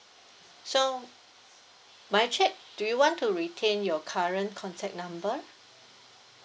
so may I check do you want to retain your current contact number